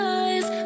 eyes